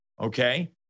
okay